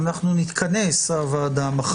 הוועדה תתכנס מחר,